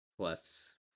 Plus